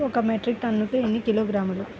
ఒక మెట్రిక్ టన్నుకు ఎన్ని కిలోగ్రాములు?